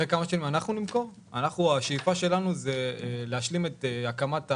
אנחנו, השאיפה שלנו היא להשלים את הקמת הבניין,